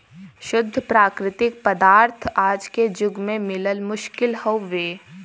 शुद्ध प्राकृतिक पदार्थ आज के जुग में मिलल मुश्किल हउवे